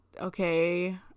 okay